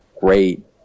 great